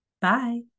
Bye